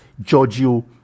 Giorgio